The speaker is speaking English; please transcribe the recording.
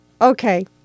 Okay